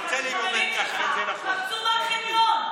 החברים שלך קפצו מהחניון.